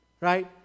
right